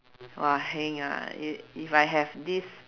!wah! heng ah if if I have this